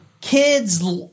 kids